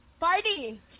Party